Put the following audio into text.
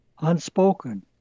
unspoken